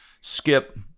skip